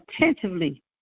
attentively